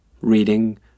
reading